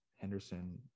Henderson